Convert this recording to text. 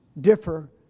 differ